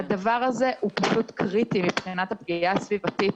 הדבר הזה הוא קריטי מבחינת הפגיעה הסביבתית.